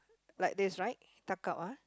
like they is right tuck out ah